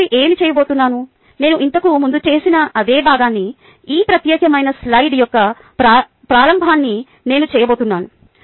నేను తదుపరి ఏమి చేయబోతున్నాను నేను ఇంతకు ముందు చేసిన అదే భాగాన్ని ఈ ప్రత్యేకమైన స్లైడ్ యొక్క ప్రారంభాన్ని నేను చేయబోతున్నాను